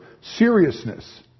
seriousness